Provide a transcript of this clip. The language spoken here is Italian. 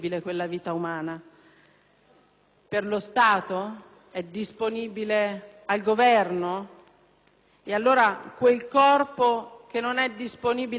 Per lo Stato? È disponibile al Governo? Allora quel corpo, che non è disponibile all'uomo,